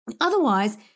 Otherwise